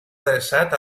adreçat